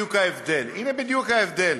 בדיוק ההבדל, הנה בדיוק ההבדל.